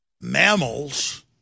mammals